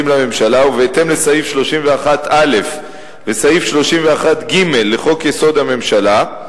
לממשלה ובהתאם לסעיף 31(א) וסעיף 31(ג) לחוק-יסוד: הממשלה,